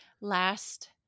last